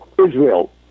Israel